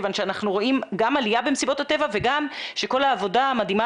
כיוון שאנחנו רואים גם עלייה במסיבות הטבע וגם שכל העבודה המדהימה